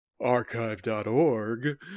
archive.org